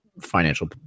financial